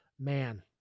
man